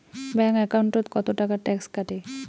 Bank একাউন্টত কতো টাকা ট্যাক্স কাটে?